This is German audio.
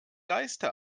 geiste